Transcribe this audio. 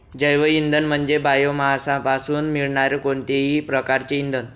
जैवइंधन म्हणजे बायोमासपासून मिळणारे कोणतेही प्रकारचे इंधन